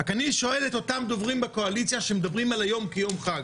אבל אני שואל את אותם דוברים בקואליציה שמדברים על היום כיום חג